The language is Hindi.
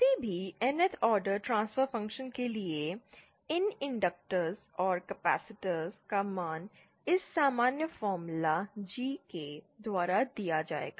किसी भी Nth ऑर्डर ट्रांसफर फंक्शन के लिए इन इंडक्टर और कैपेसिटर का मान इस सामान्य फार्मूला GK द्वारा दिया जाएगा